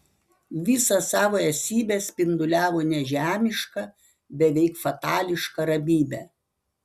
visą savo esybe spinduliavo nežemišką beveik fatališką ramybę